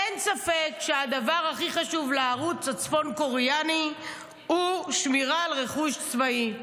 אין ספק שהדבר הכי חשוב לערוץ הצפון קוריאני הוא שמירה על רכוש צבאי.